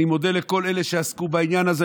אני מודה לכל אלה שעסקו בעניין הזה.